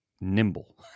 nimble